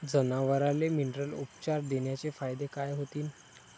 जनावराले मिनरल उपचार देण्याचे फायदे काय होतीन?